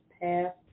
passed